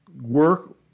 Work